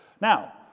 Now